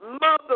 Mother